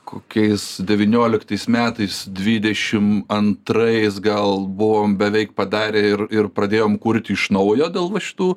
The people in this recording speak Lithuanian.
kokiais devynioliktais metais dvidešim antrais gal buvom beveik padarę ir ir pradėjom kurti iš naujo dėl va šitų